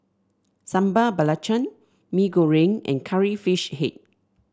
Sambal Belacan Mee Goreng and Curry Fish Head